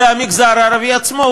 הם המגזר הערבי עצמו.